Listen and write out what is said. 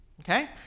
Okay